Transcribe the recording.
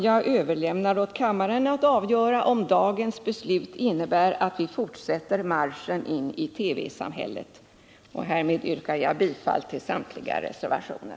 Jag överlåter åt kammaren att avgöra om dagens beslut innebär att vi fortsätter marschen in i TV-samhället. Härmed yrkar jag bifall till samtliga reservationer.